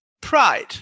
pride